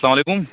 اسلام علیکُم